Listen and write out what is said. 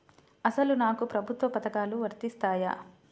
అసలు నాకు ప్రభుత్వ పథకాలు వర్తిస్తాయా?